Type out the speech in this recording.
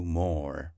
more